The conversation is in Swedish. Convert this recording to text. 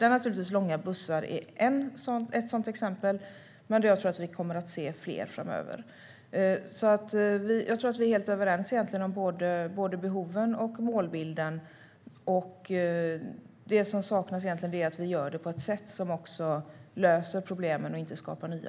Långa bussar är naturligtvis ett sådant exempel, men jag tror att vi kommer att se fler framöver. Jag tror att vi egentligen är helt överens om både behoven och målbilden. Det som saknas är att vi gör det på ett sätt som löser problemen och inte skapar nya.